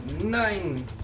nine